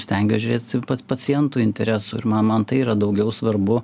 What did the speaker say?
stengiuos žiūrėti pat pacientų interesų ir man man tai yra daugiau svarbu